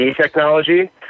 technology